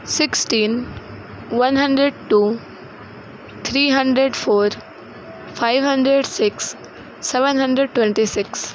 sixteen one hundred two three hundred four five hundred six seven hundred tweety six